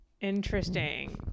Interesting